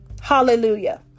Hallelujah